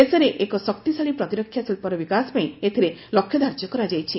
ଦେଶରେ ଏକ ଶକ୍ତିଶାଳୀ ପ୍ରତିରକ୍ଷା ଶିଳ୍ପର ବିକାଶ ପାଇଁ ଏଥିରେ ଲକ୍ଷ୍ୟଧାର୍ଯ୍ୟ କରାଯାଇଛି